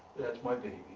that's my baby,